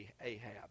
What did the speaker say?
Ahab